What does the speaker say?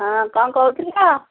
ହଁ କ'ଣ କହୁଥିଲ